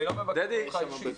דדי, בבקשה.